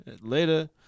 Later